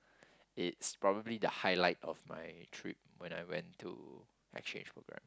it's probably the highlight of my trip when I went to exchange program